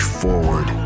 forward